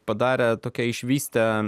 padarė tokia išvystę